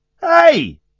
Hey